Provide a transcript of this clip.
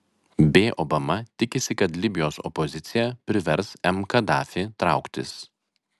b obama tikisi kad libijos opozicija privers m kadafį trauktis